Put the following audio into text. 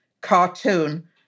cartoon